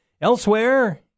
Elsewhere